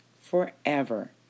forever